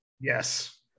Yes